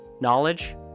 knowledge